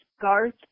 Garth